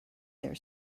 their